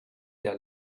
their